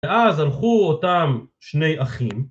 ואז הלכו אותם שני אחים